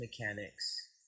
mechanics